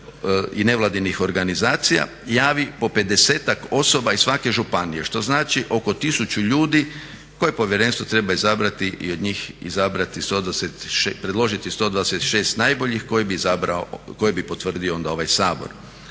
i nevladinih organizacija javi po 50-ak osoba iz svake županije, što znači oko 1000 ljudi koje povjerenstvo treba izabrati i od njih predložiti 126 najboljih koje bi potvrdio onda ovaj Sabor.